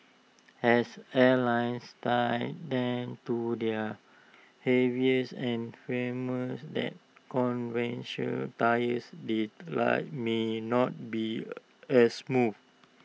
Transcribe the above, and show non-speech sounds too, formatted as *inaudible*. as airless tyres tend to their heavier and firmer *noise* that convention tyres the ride may not be as smooth